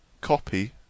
Copy